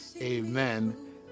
Amen